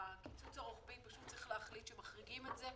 הקיצוץ הרוחבי, פשוט צריך להחליט שמחריגים את זה.